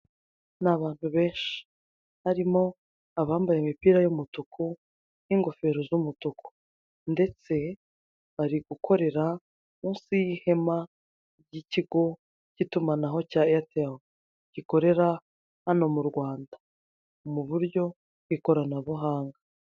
Ni abantu benshi. Harimo abambaye imipira y'umutuku n'ingofero z'umutuku ndetse bari gukorera munsi y'ihema ry'ikigo cy'itumanaho cya Airtel. Gikorera hano mu Rwanda mu buryo bw'ikoranabuhanga.